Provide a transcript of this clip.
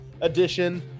edition